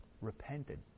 repented